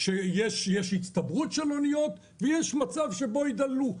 שיש הצטברות של אוניות ויש מצב שבו ידלדלו.